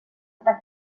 eta